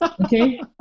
okay